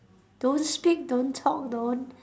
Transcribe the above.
don't speak don't talk don't